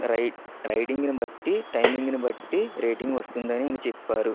ride రైడింగును బట్టి timing ని బట్టి రేటింగ్ వస్తుందని అని ఆయన చెప్పారు